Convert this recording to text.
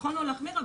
יכולנו להחמיר,